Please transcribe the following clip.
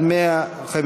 ששש.